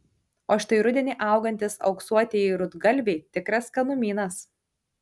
o štai rudenį augantys auksuotieji rudgalviai tikras skanumynas